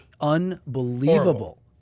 Unbelievable